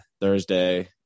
Thursday